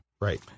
right